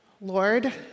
Lord